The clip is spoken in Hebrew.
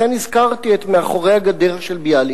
לכן, הזכרתי את "מאחורי הגדר" של ביאליק.